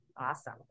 Awesome